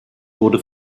wurde